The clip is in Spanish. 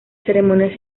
ceremonia